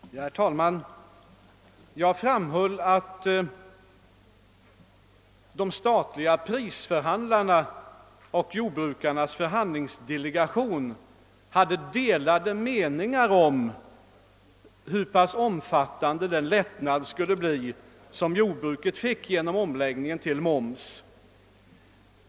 Herr talman! Jag framhöll att de statliga prisförhandlarna och jordbrukarnas förhandlingsdelegation hade delade meningar om hur pass omfattande den lättnad skulle bli som jordbruket fick genom omläggningen till moms.